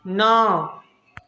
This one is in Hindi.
नौ